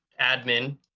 admin